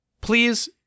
Please